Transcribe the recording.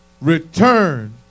Return